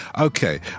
Okay